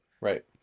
Right